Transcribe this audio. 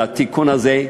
לתיקון הזה,